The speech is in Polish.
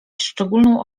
szczególną